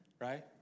right